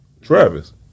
Travis